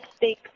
take